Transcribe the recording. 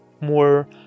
more